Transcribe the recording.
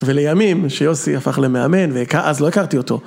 ולימים שיוסי הפך למאמן ואז לא הכרתי אותו.